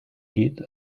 geht